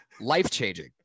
Life-changing